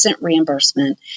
reimbursement